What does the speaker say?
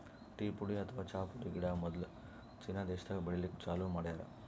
tea ಪುಡಿ ಅಥವಾ ಚಾ ಪುಡಿ ಗಿಡ ಮೊದ್ಲ ಚೀನಾ ದೇಶಾದಾಗ್ ಬೆಳಿಲಿಕ್ಕ್ ಚಾಲೂ ಮಾಡ್ಯಾರ್